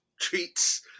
treats